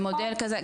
במודל כזה.